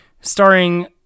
Starring